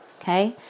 Okay